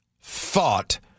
thought